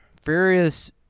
furious